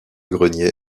grenier